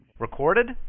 Recorded